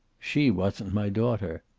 she wasn't my daughter.